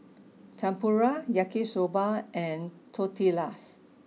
Tempura Yaki Soba and Tortillas